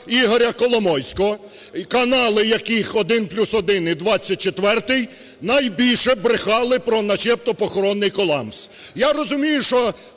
Ігоря Коломойського, канали яких "1+1" і "24" найбільше брехали про начебто похоронний колапс. Я розумію,